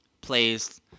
plays